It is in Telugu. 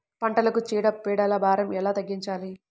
పంటలకు చీడ పీడల భారం ఎలా తగ్గించాలి?